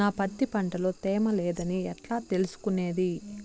నా పత్తి పంట లో తేమ లేదని ఎట్లా తెలుసుకునేది?